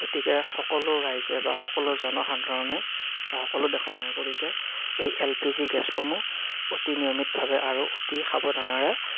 গতিকে সকলো ৰাইজে বা সকলো জনসাধাৰণে বা সকলো দেশৰ নাগৰিকে এই এল পি জি গেছসমূহ অতি নিয়মিতভাৱে আৰু অতি সাৱধানাৰে